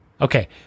Okay